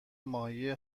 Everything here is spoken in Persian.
ماهی